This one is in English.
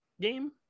game